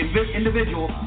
individual